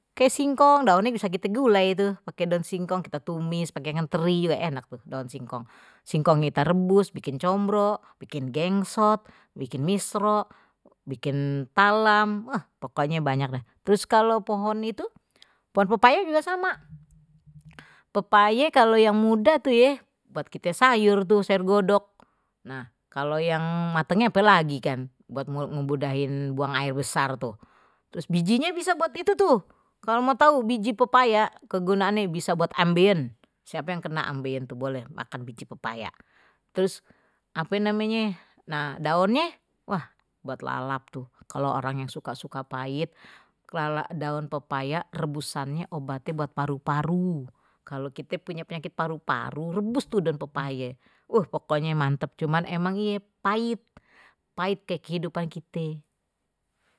Kayak singkong daunnye bisa kite gulai tu pake daun singkong kita tumis pake ikan teri daun singkong, singkongnye kita rebus bikin combro bikin gengsot bikin misro bikin talam pokoknya banyak dah terus kalau pohon itu pohon pepaya juga sama pepaye kalau yang muda tuh ye buat kite sayur tuh sayur godok nah kalau yang matangnya apa lagi kan buat ngemudahin buang air besar tuh terus bijinye bisa buat itu tuh kalau mau tahu biji pepaya kegunaannye bisa buat ambeien siapa yang kena ambeien tuh boleh makan biji pepaya terus apa namanya nah daunnya wah buat lalap tuh kalau orang yang suka suka pahit daun pepaya rebusannya obatnya buat paru-paru kalau kite punya penyakit paru-paru rebus tuh dan pepaya wah pokoknya mantap cuman emang iye pahit, pahit kayak kehidupan kita.